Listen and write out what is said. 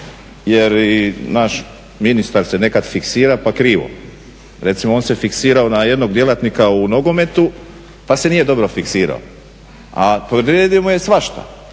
jer i naš ministar se nekad fiksira pa krivo. Recimo on se fiksirao na jednog djelatnika u nogometu, pa se nije dobro fiksirao, a podredio mu je svašta,